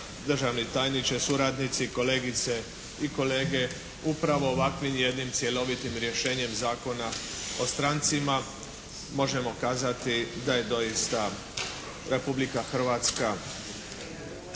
državni tajniče, suradnici, kolegice i kolege. Upravo ovakvim jednim cjelovitim rješenjem Zakona o strancima možemo kazati da je doista Republika Hrvatska